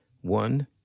One